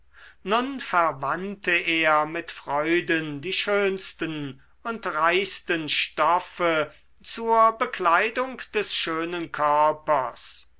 nun verwandte er mit freuden die schönsten und reichsten stoffe zur bekleidung des schönen körpers